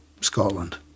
Scotland